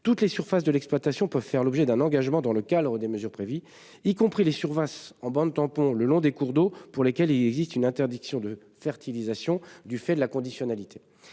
toutes les surfaces de l'exploitation peuvent faire l'objet d'un engagement dans le cadre des mesures prévues, y compris les surfaces en bandes tampons le long des cours d'eau pour lesquelles il existe une interdiction de fertilisation du fait de la conditionnalité.